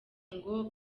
ngo